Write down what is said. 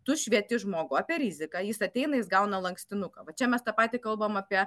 tu švieti žmogų apie riziką jis ateina jis gauna lankstinuką va čia mes tą patį kalbam apie